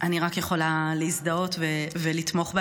אני רק יכולה להזדהות ולתמוך בהן.